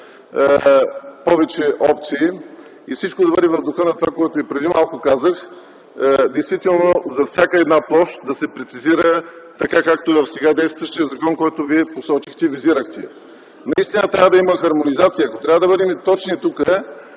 повече опции и всичко да бъде в духа на това, което и преди малко казах. Действително за всяка една площ да се прецизира, както е в сега действащия закон, който Вие посочихте и визирахте. Наистина трябва да има хармонизация. Ако трябва да бъдем точни тук,